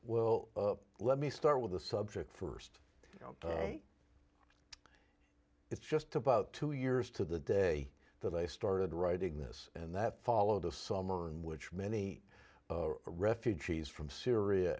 well let me start with the subject first ok it's just about two years to the day that i started writing this and that followed a summer in which many refugees from syria